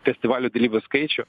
festivalio dalyvių skaičių